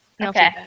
Okay